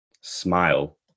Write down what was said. smile